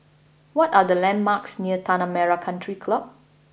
what are the landmarks near Tanah Merah Country Club